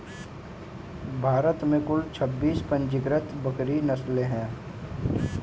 भारत में कुल छब्बीस पंजीकृत बकरी नस्लें हैं